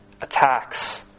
attacks